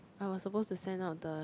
I was supposed to send out the